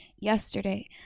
yesterday